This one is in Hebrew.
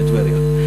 בטבריה.